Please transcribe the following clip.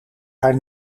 haar